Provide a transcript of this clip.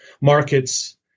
markets